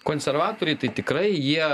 konservatoriai tai tikrai jie